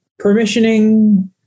Permissioning